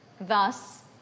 Thus